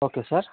okay sir